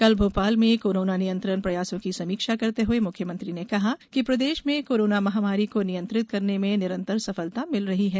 कल भोपाल में कोरोना नियंत्रण प्रयासों की समीक्षा करते हए मुख्यमंत्री ने कहा कि प्रदेश में कोरोना महामारी के नियंत्रित करने में निरन्तर सफलता मिल रही है